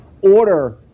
order